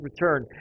return